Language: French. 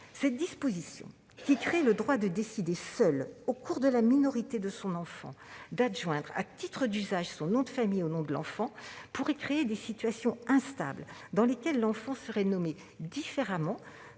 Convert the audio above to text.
Porte mon nom. Le droit de décider seul, au cours de la minorité de son enfant, d'adjoindre à titre d'usage son nom de famille au nom de l'enfant, pourrait créer des situations instables : ainsi, l'enfant serait nommé différemment